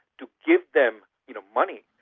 to give them you know money,